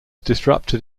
disrupted